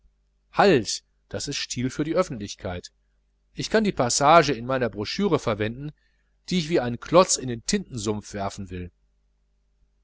halt das ist stil für die öffentlichkeit ich kann die passage in meiner brochüre verwenden die ich wie einen klotz in den tintensumpf werfen will